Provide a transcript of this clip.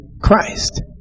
Christ